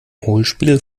hohlspiegel